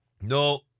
No